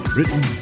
Written